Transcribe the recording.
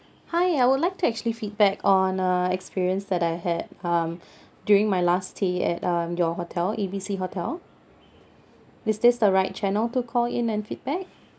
hi I would like to actually feedback on a experience that I had um during my last stay at um your hotel A B C hotel is this the right channel to call in and feedback